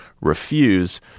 refuse